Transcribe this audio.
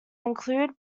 include